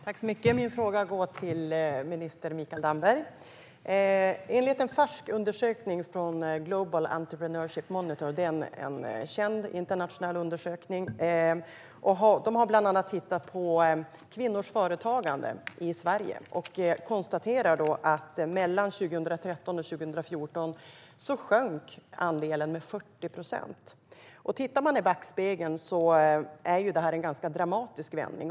Herr talman! Min fråga går till närings och innovationsminister Mikael Damberg. I en färsk undersökning från Global Entrepreneurship Monitor - det är en känd internationell undersökning - har man bland annat tittat på kvinnors företagande i Sverige. Man konstaterar att mellan 2013 och 2014 sjönk andelen med 40 procent. Tittar man i backspegeln kan man se att detta är en ganska dramatisk vändning.